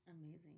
amazing